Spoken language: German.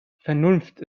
vernunft